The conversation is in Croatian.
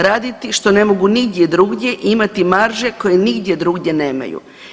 Raditi što ne mogu nigdje drugdje i imati marže koje nigdje drugdje nemaju.